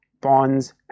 bonds